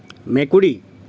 মেকুৰী